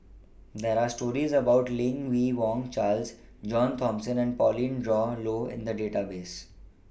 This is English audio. There Are stories about Lim Yi Yong Charles John Thomson and Pauline Dawn Loh in The Database